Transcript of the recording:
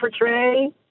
portray